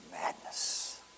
madness